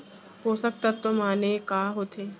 पोसक तत्व माने का होथे?